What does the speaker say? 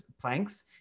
planks